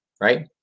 right